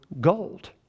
gold